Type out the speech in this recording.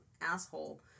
asshole